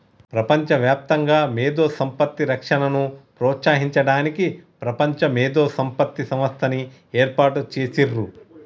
ప్రపంచవ్యాప్తంగా మేధో సంపత్తి రక్షణను ప్రోత్సహించడానికి ప్రపంచ మేధో సంపత్తి సంస్థని ఏర్పాటు చేసిర్రు